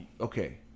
okay